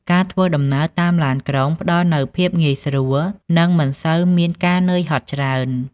ការធ្វើដំណើរតាមឡានក្រុងផ្តល់នូវភាពងាយស្រួលនឹងមិនសូវមានការហត់នឿយច្រើន។